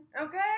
Okay